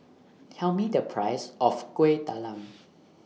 Tell Me The Price of Kuih Talam